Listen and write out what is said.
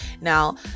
Now